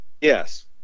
Yes